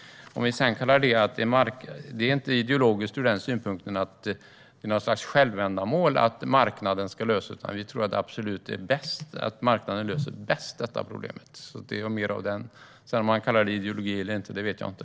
Det är inte ideologiskt ur den synpunkten att det är något slags självändamål att marknaden ska lösa det, utan vi tror absolut att marknaden löser detta problem bäst. Om man sedan ska kalla det ideologi eller inte vet jag inte.